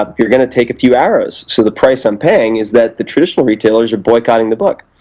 ah you're going to take a few arrows. so the price on paying is that the traditional retailers are boycotting the book,